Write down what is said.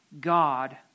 God